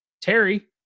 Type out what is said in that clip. Terry